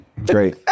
Great